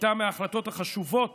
הייתה מההחלטות החשובות